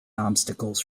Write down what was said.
obstacles